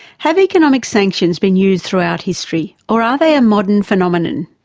have economic sanctions been used throughout history or are they a modern phenomenon?